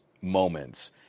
moments